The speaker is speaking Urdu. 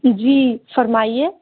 جی فرمائیے